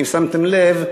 אם שמתם לב,